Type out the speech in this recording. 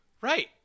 Right